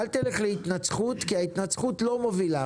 אל תלך להתנצחות, כי ההתנצחות לא מובילה